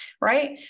right